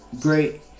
great